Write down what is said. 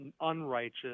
unrighteous